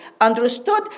understood